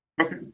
Okay